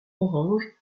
orange